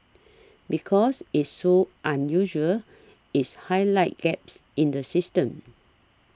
because it's so unusual its highlights gaps in the system